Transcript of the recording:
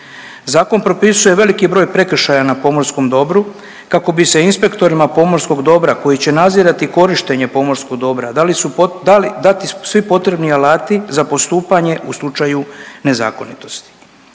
Zakon propisuje veliki broj prekršaja na pomorskom dobru kako bi se inspektorima pomorskog dobra koji će nadzirati korištenje pomorskog dobra dati svi potrebni alati za postupanje u slučaju nezakonitosti.